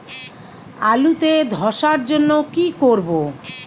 আলুতে ধসার জন্য কি করব?